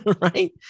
right